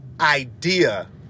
idea